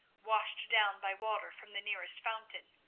washed down by water from the nearest fountain.